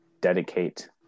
dedicate